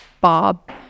Bob